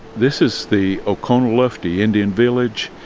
this is the oconaluftee indian village,